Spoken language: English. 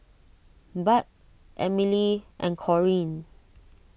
Bud Emilee and Corine